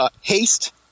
haste